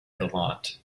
gallant